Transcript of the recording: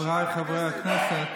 אדוני היושב-ראש, חבריי חברי הכנסת,